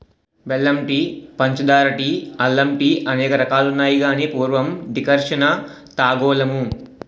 బెల్లం టీ పంచదార టీ అల్లం టీఅనేక రకాలున్నాయి గాని పూర్వం డికర్షణ తాగోలుము